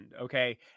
okay